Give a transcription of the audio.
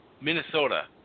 Minnesota